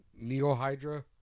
Neo-Hydra